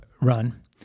run